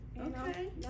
okay